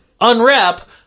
unwrap